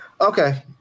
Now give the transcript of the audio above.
Okay